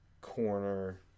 corner